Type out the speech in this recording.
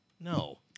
no